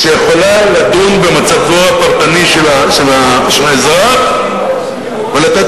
שיכולה לדון במצבו הפרטני של האזרח ולתת